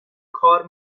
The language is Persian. کار